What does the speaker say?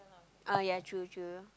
oh ya true true